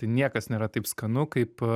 tai niekas nėra taip skanu kaip